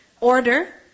order